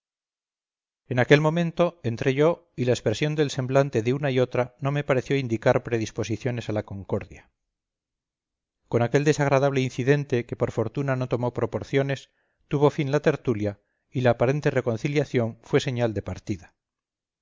en aquel momento entré yo y la expresión del semblante de una y otra no me pareció indicar predisposiciones a la concordia con aquel desagradable incidente que por fortuna no tomó proporciones tuvo fin la tertulia y la aparente reconciliación fue señal de partida